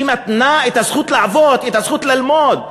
שמתנה את הזכות לעבוד, את הזכות ללמוד,